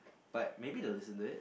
but maybe they will listen to it